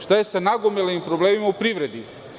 Šta je sa nagomilanim problemima u privredi?